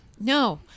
No